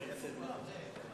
חברי הכנסת חסון ואורבך.